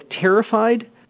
terrified